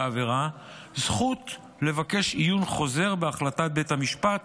העבירה זכות לבקש עיון חוזר בהחלטת בית המשפט